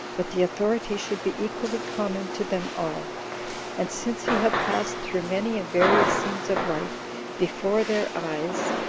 but the authority should be equally common to them all and since he had passed through many and various scenes of life before their eyes,